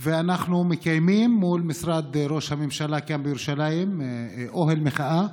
ואנחנו מקיימים מול משרד ראש הממשלה כאן בירושלים אוהל מחאה,